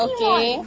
Okay